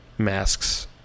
masks